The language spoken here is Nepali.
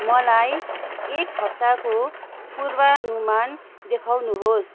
मलाई एक हप्ताको पूर्वानुमान देखाउनुहोस्